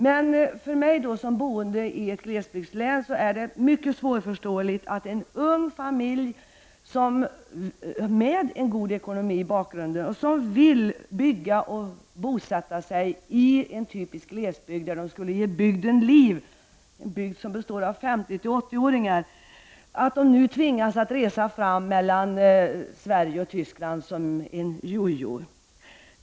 Men för mig som boende i ett glesbygdslän är det mycket svårförståeligt att en ung familj med en god ekonomi som vill bosätta sig i en typisk glesbygd, där de skulle ge liv åt en bygd som består av personer på mellan 50 och 80 år, nu tvingas resa fram och tillbaka mellan Sverige och Tyskland som en jojo.